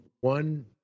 one